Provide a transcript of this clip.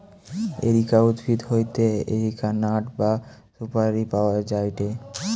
areca উদ্ভিদ হইতে areca nut বা সুপারি পাওয়া যায়টে